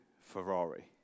Ferrari